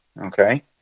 okay